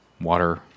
water